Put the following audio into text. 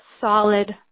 solid